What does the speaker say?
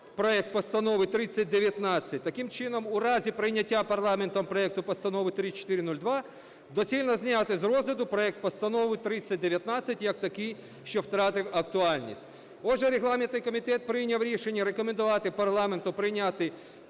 проект Постанови 3019. Таким чином, в разі прийняття парламентом проекту Постанови 3402 доцільно зняти з розгляду проект Постанови 3019 як такий, що втратив актуальність. Отже, регламентний комітет прийняв рішення рекомендувати парламенту прийняти